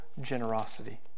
generosity